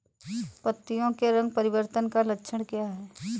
पत्तियों के रंग परिवर्तन का लक्षण क्या है?